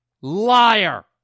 Liar